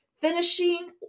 finishing